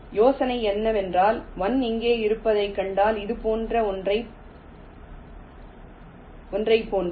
யோசனை என்னவென்றால் 1 இங்கே இருப்பதைக் கண்டால் இது போன்ற ஒன்றைப் போன்றது